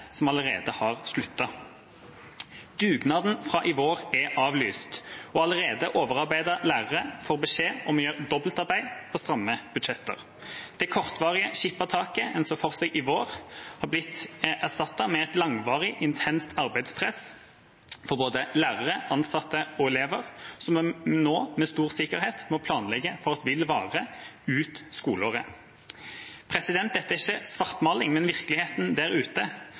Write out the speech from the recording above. som allerede har sluttet. Dugnaden fra i vår er avlyst, og allerede overarbeidede lærere får beskjed om å gjøre dobbeltarbeid på stramme budsjetter. Det kortvarige skippertaket en så for seg i vår, har blitt erstattet med et langvarig intenst arbeidspress på både lærere, ansatte og elever, som en nå med stor sikkerhet må planlegge for vil vare ut skoleåret. Dette er ikke svartmaling, men virkeligheten der ute,